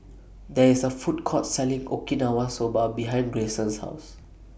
There IS A Food Court Selling Okinawa Soba behind Grayson's House